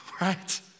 right